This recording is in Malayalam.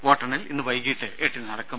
വോട്ടെണ്ണൽ ഇന്ന് വൈകീട്ട് എട്ടിന് നടക്കും